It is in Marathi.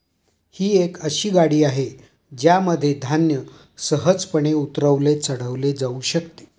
ही एक अशी गाडी आहे ज्यामध्ये धान्य सहजपणे उतरवले चढवले जाऊ शकते